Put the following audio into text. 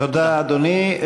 תודה, אדוני.